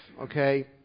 Okay